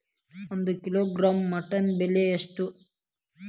ಒಂದು kilogram mutton ಬೆಲೆ ಎಷ್ಟ್?